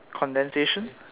condensation